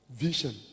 vision